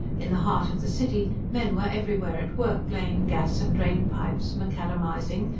in the heart of the city men were everywhere at work, laying gas and drain-pipes, macadamising,